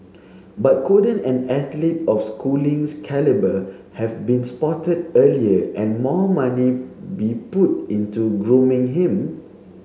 but couldn't an athlete of Schooling's calibre have been spotted earlier and more money be put into grooming him